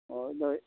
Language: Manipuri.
ꯑꯣ ꯅꯣꯏ